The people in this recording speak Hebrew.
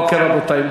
אוקיי, רבותי.